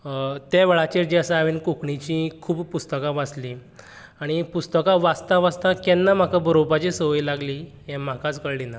ते वेळाचेर जे आसा हांवेन कोंकणीची खूब पुस्तकां वाचली आनी पुस्तकां वाचता वाचता केन्ना म्हाका बरोवपाची संवय लागली हे म्हाकाच कळ्ळें ना